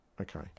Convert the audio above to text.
Okay